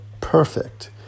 perfect